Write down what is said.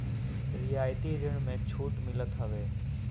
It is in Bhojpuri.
रियायती ऋण में छूट मिलत हवे